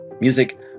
Music